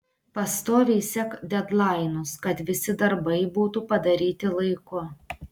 pastoviai sek dedlainus kad visi darbai būtų padaryti laiku